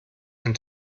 ein